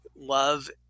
love